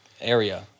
area